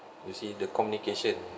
you see the communication